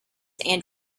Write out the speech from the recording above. and